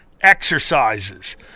exercises